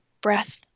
Breath